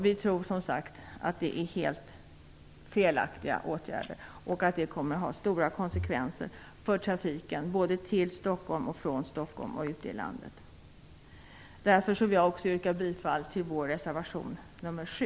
Vi tror, som sagt, att detta är helt felaktiga åtgärder som kommer att ha stora konsekvenser för trafiken både till och från Stockholm och ute i landet. Därför vill jag yrka bifall till vår reservation nr 7.